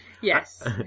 Yes